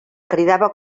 cridava